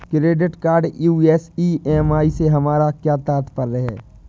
Credit card US EMI से हमारा क्या तात्पर्य है?